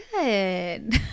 Good